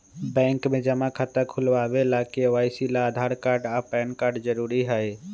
bank में जमा खाता खुलावे ला के.वाइ.सी ला आधार कार्ड आ पैन कार्ड जरूरी हई